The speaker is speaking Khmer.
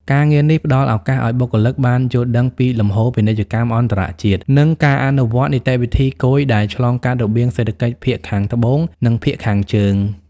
ការងារនេះផ្តល់ឱកាសឱ្យបុគ្គលិកបានយល់ដឹងពីលំហូរពាណិជ្ជកម្មអន្តរជាតិ និងការអនុវត្តនីតិវិធីគយដែលឆ្លងកាត់របៀងសេដ្ឋកិច្ចភាគខាងត្បូង និងភាគខាងជើង។